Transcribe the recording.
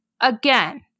again